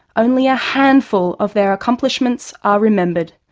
only a handful of their accomplishments are remembered.